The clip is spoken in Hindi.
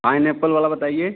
पाइनऐप्पल वाला बताइए